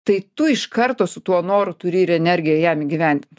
tai tu iš karto su tuo noru turi ir energiją jam įgyvendint